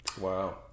Wow